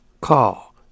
Call